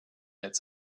its